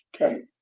Okay